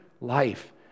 life